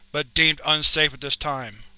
but deemed unsafe at this time.